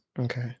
Okay